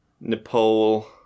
Nepal